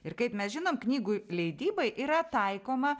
ir kaip mes žinom knygų leidybai yra taikoma